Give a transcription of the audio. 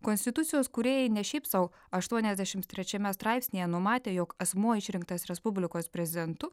konstitucijos kūrėjai ne šiaip sau aštuoniasdešimt trečiame straipsnyje numatė jog asmuo išrinktas respublikos prezentu